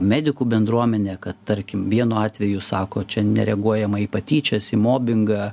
medikų bendruomenę kad tarkim vienu atveju sako čia nereaguojama į patyčias į mobingą